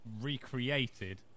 recreated